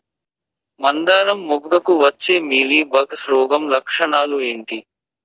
మందారం మొగ్గకు వచ్చే మీలీ బగ్స్ రోగం లక్షణాలు ఏంటి?